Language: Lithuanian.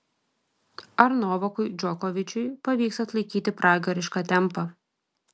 ar novakui džokovičiui pavyks atlaikyti pragarišką tempą